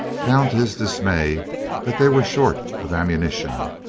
found to his dismay that they were short of ammunition.